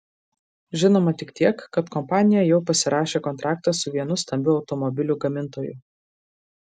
žinoma tik tiek kad kompanija jau pasirašė kontraktą su vienu stambiu automobilių gamintoju